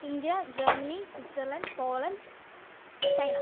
India Germany Switzerland Poland China